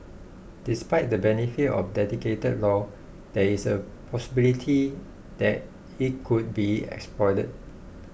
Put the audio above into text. despite the benefits of a dedicated law there is a possibility that it could be exploited